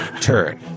turn